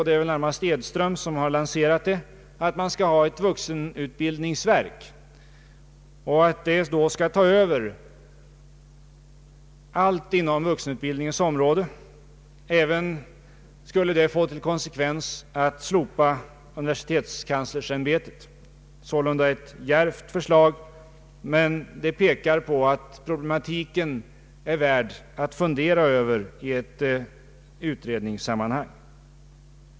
Det är närmast herr Edström som har lanserat idén med ett nytt vuxenutbildningsverk, som skall ta över allt inom vuxenutbildningens område. Detta skulle även få till konsekvens att universitetskanslersämbetet slopas. Det är sålunda ett djärvt förslag. Kvar står det faktum att problematiken är värd att fundera över i ett utredningssammanhang.